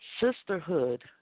Sisterhood